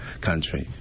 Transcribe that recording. country